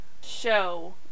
show